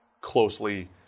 closely